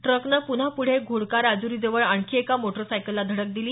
ट्रकने पुन्हा पुढे घोडका राजुरी जवळ आणखी एका मोटार सायकलला धडक दिली